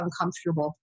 uncomfortable